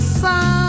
sun